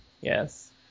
Yes